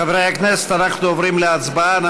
חברי הכנסת, אנחנו עוברים להצבעה.